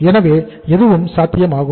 எனவே எதுவும் சாத்தியமாகும்